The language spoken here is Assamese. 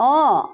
অঁ